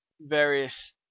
various